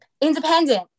independent